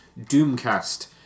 Doomcast